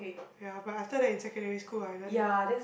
ya but after that in secondary school I just like